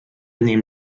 nehmen